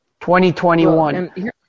2021